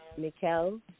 Mikkel